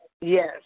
Yes